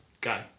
Guy